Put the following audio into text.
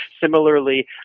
Similarly